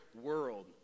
world